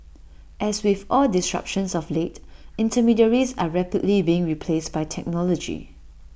as with all disruptions of late intermediaries are rapidly being replaced by technology